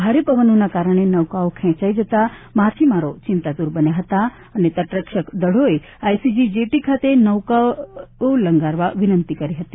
ભારે પવનોના કારણે નૌકાઓ ખેંચાઈ જતા માછીમારો ચિંતાતુર બન્યા હતા અને તટ રક્ષક દળોને આઈસીજી જેટી ખાતે નૌકાઓ લંગારવા વિનંતી કરી હતી